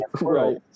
Right